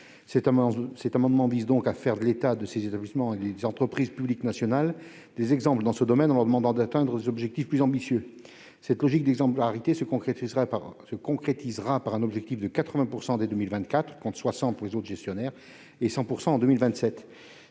Cet amendement vise à faire de l'État, de ses établissements et des entreprises publiques nationales des exemples dans ce domaine, en leur demandant d'atteindre des objectifs plus ambitieux. Cette logique d'exemplarité se concrétisera par un objectif de 80 % dès 2024, contre 60 % pour les autres gestionnaires, et 100 % en 2027.